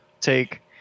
take